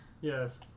Yes